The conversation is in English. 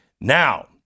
Now